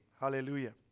hallelujah